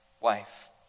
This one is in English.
wife